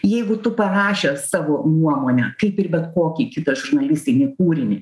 jeigu tu parašęs savo nuomonę kaip ir bet kokį kitą žurnalistinį kūrinį